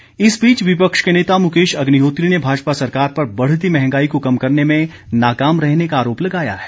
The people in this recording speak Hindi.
अग्निहोत्री विपक्ष के नेता मुकेश अग्निहोत्री ने भाजपा सरकार पर बढ़ती महंगाई को कम करने में नाकाम रहने का आरोप लगाया है